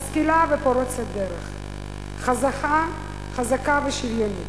משכילה ופורצת דרך, חזקה ושוויונית.